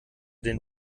den